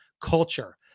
culture